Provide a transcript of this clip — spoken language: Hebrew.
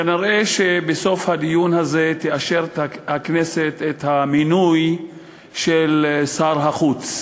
נראה שבסוף הדיון הזה תאשר הכנסת את המינוי של שר החוץ.